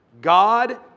God